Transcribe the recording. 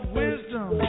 wisdom